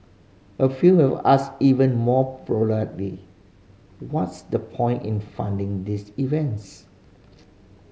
a few have asked even more what's the point in funding these events